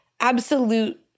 absolute